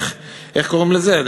איך קוראים לזה?